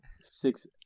six